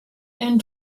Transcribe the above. and